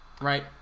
right